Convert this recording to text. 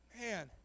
Man